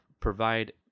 provide